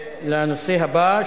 לנושא הבא,